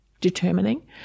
determining